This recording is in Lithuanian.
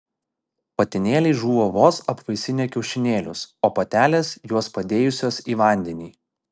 patinėliai žūva vos apvaisinę kiaušinėlius o patelės juos padėjusios į vandenį